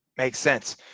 makes sense.